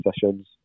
sessions